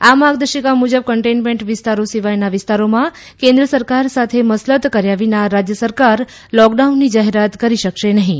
આ માર્ગદર્શિકા મુજબ કન્ટેઇનમેન્ટ વિસ્તારો સિવાયના વિસ્તારોમાં કેન્દ્ર સરકાર સાથે મસલત કર્યા વિના રાજ્ય સરકાર લોકડાઉનની જાહેરાત કરી શકશે નહીં